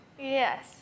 Yes